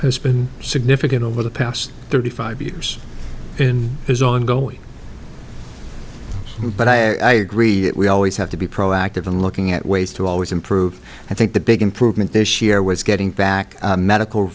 been significant over the past thirty five years in is ongoing but i agree that we always have to be proactive and looking at ways to always improve i think the big improvement this year was getting back medical